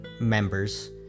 members